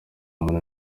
muntu